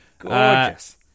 Gorgeous